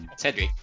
Cedric